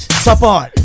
Support